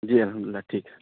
جی الحم اللہٹھیک ہے